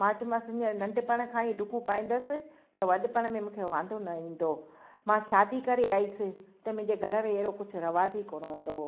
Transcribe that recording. मां चयोमांसि हीअंर नंढपण खां ई डुकूं पाईंदसि त वॾपण में मूंखे वांधो न ईंदो मां शादी करे आहियसि त मुंहिंजे घर में अहिड़ो कुझु रवाज़ु ई कोन हूंदो हुओ